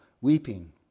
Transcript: weeping